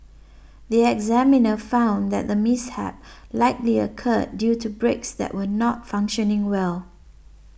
the examiner found that the mishap likely occurred due to brakes that were not functioning well